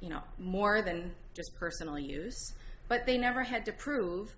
you know more than just personal use but they never had to prove